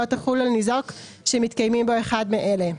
לא תחול על ניזוק שמתקיים בו אחד מאלה: